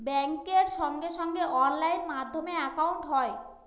ব্যাঙ্কের সঙ্গে সঙ্গে অনলাইন মাধ্যমে একাউন্ট হয়